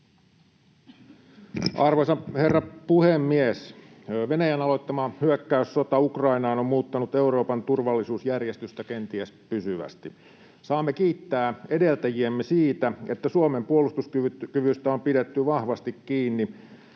Arvoisa herra puhemies! Venäjän aloittama hyökkäyssota Ukrainaan on muuttanut Euroopan turvallisuusjärjestystä kenties pysyvästi. Saamme kiittää edeltäjiämme siitä, että Suomen puolustuskyvystä on pidetty vahvasti kiinni